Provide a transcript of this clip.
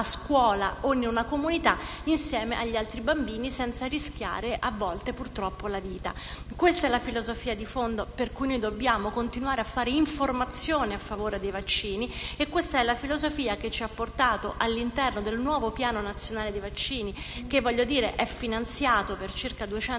scuola o in una comunità insieme agli altri bambini senza rischiare, a volte, purtroppo, la vita. Questa è la filosofia di fondo per cui noi dobbiamo continuare a fare informazione in favore dei vaccini e questa è la filosofia che ci ha portato al nuovo Piano nazionale vaccini, che - lo voglio evidenziare - è finanziato per circa 220